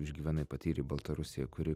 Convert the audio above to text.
išgyvenai patyrei baltarusijoj kuri